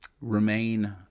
remain